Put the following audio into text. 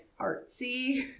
artsy